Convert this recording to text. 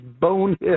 bonehead